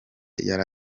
yari